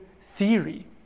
theory